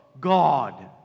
God